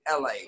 LA